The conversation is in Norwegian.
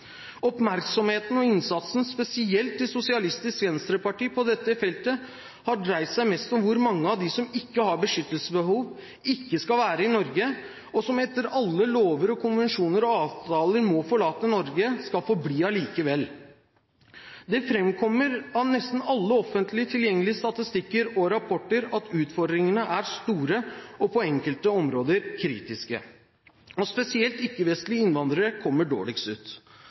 Oppmerksomheten og innsatsen på dette feltet – spesielt til Sosialistisk Venstreparti – har dreid seg mest om hvor mange av de som ikke har beskyttelsesbehov, ikke skal være i Norge og som etter alle lover, konvensjoner og avtaler må forlate Norge, skal få bli allikevel. Det framkommer av nesten all offentlig tilgjengelig statistikk og rapporter at utfordringene er store og på enkelte områder kritiske. Spesielt ikke-vestlige innvandrere kommer dårlig ut.